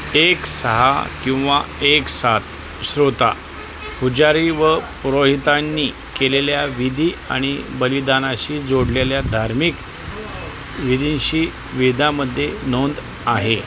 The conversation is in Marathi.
एक सहा किंवा एक सात श्रोता पुजारी व पुरोहितांनी केलेल्या विधी आणि बलिदानाशी जोडलेल्या धार्मिक विधींशी वेदामध्ये नोंद आहे